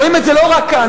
רואים את זה לא רק כאן,